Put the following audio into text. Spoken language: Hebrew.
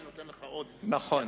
אני נותן לך עוד דקה,